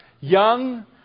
young